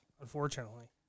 unfortunately